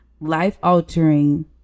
life-altering